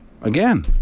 again